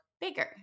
bigger